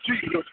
Jesus